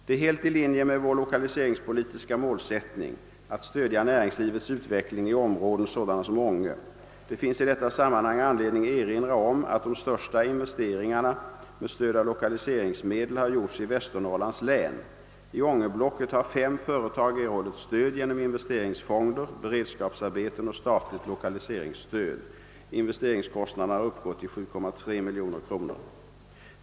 Det är helt i linje med vår lokaliseringspolitiska målsättning att stödja näringslivets utveckling i områden sådana som Ånge. Det finns i detta sammanhang anledning erinra om att de största investeringarna med stöd av lokaliseringsmedel har gjorts i Västernorrlands län. I Ånge-blocket har fem företag erhållit stöd genom investeringsfonder, beredskapsarbeten och statligt lokaliseringsstöd. Investeringskostnaderna har uppgått till 7,3 miljoner kronor.